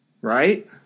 Right